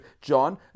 John